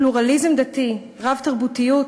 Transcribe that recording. פלורליזם דתי, רב-תרבותיות,